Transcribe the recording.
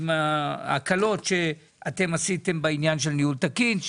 עם ההקלות שאתם עשיתם בעניין של ניהול תקין,